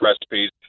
recipes